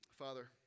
Father